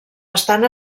estan